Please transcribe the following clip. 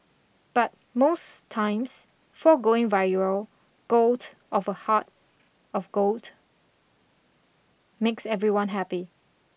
but most times foregoing viral gold of a heart of gold makes everyone happy